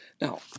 Now